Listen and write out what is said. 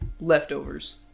leftovers